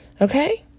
Okay